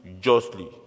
justly